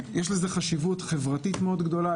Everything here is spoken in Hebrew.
יש לזה חשיבות חברתית מאוד גדולה.